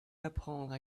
l’apprendre